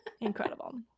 incredible